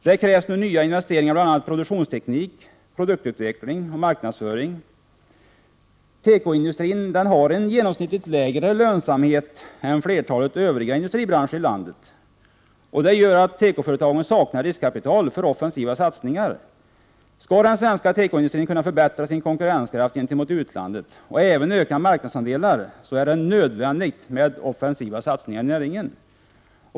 Det krävs nya investeringar i bl.a. produktionsteknik, produktutveckling och marknadsföring. Tekoindustrin har en genomsnittligt lägre lönsamhet än flertalet övriga industribranscher i landet. Det gör att tekoföretagen saknar riskkapital för offensiva satsningar. Skall den svenska tekoindustrin kunna förbättra sin konkurrenskraft gentemot utlandet och även öka sina marknadsandelar är det nödvändigt med offensiva satsningar i näringen.